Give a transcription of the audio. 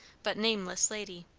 but nameless lady.